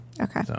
Okay